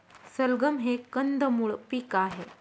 सलगम हे कंदमुळ पीक आहे